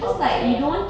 oh damn